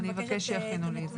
אני אבקש שיכינו לי את זה.